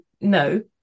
no